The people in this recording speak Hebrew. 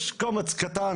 יש קומץ קטן,